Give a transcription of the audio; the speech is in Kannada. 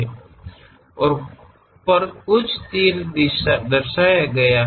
ಮತ್ತು ಕೆಲವು ಬಾಣದ ಪ್ರಾತಿನಿಧ್ಯವಿದೆ